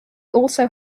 also